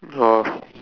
orh